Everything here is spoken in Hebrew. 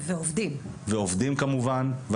ועובדים כמובן.